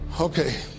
Okay